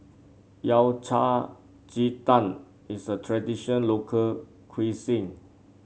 Yao Cai Ji Tang is a traditional local cuisine